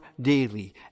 daily